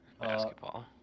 Basketball